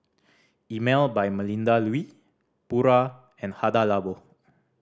Emel by Melinda Looi Pura and Hada Labo